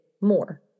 more